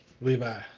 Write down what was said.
Levi